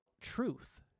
truth